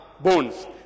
bones